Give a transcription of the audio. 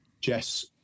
Jess